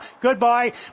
goodbye